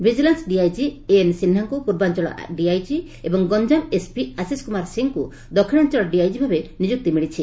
vigilance ଡିଆଇକି A N ସିହ୍ବାଙ୍କୁ ପୂର୍ବାଞ୍ଚଳ ଡିଆଇଜି ଏବଂ ଗଞ୍ଚାମ ଏସ୍ପି ଆଶିଷ କୁମାର ସିଂଙ୍କୁ ଦକ୍ଷିଣାଞ୍ଅଳ ଡିଆଇଜି ଭାବେ ନିଯୁକ୍ତି ମିଳିଛି